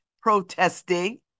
protesting